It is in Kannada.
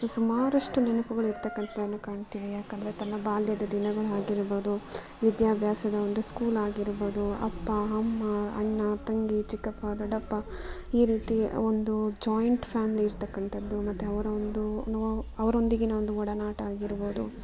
ಸುಮಾರಷ್ಟು ನೆನಪುಗಳಿರ್ತಕ್ಕಂತನು ಕಾಣ್ತೀವಿ ಯಾಕಂದರೆ ತನ್ನ ಬಾಲ್ಯದ ದಿನಗಳು ಆಗಿರ್ಬೋದು ವಿದ್ಯಾಭ್ಯಾಸದ ಒಂದು ಸ್ಕೂಲ್ ಆಗಿರ್ಬೋದು ಅಪ್ಪ ಅಮ್ಮ ಅಣ್ಣ ತಂಗಿ ಚಿಕ್ಕಪ್ಪ ದೊಡ್ಡಪ್ಪ ಈ ರೀತಿ ಒಂದು ಜಾಯಿಂಟ್ ಫ್ಯಾಮಿಲಿ ಇರತಕ್ಕಂಥದ್ದು ಮತ್ತೆ ಅವರ ಒಂದು ನೊ ಅವರೊಂದಿಗೆ ನಮ್ಮದು ಒಡನಾಟ ಆಗಿರ್ಬೋದು